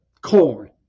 corn